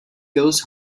goes